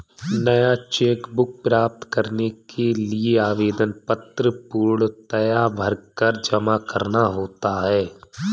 नया cheque book प्राप्त करने के लिए आवेदन पत्र पूर्णतया भरकर जमा करना होता है